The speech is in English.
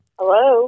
Hello